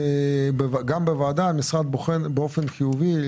כל צוותי ההפקעות,